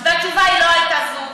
והתשובה לא הייתה זו.